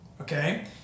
Okay